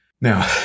Now